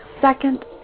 second